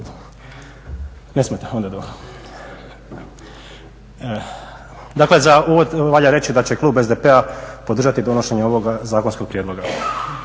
ne smeta? Onda dobro. Dakle za uvod valja reći da će klub SDP-a podržati donošenje ovoga zakonskog prijedloga.